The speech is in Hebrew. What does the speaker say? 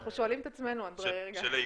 אנחנו שואלים את עצמנו, אנדרי, רגע.